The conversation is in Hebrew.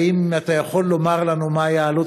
האם אתה יכול לומר לנו מהי העלות